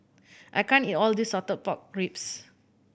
I can't eat all of this salted pork ribs